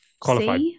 Qualified